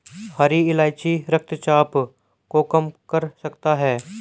हरी इलायची रक्तचाप को कम कर सकता है